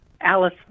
Alice